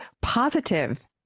positive